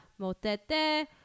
motete